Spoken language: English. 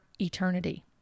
eternity